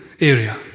area